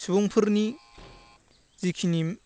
सुबुंफोरनि जिखिनि